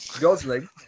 Gosling